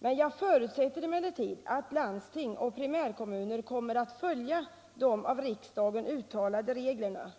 Jag förutsätter emellertid att landsting och primärkommuner kommer att följa de av riksdagen uttalade reglerna.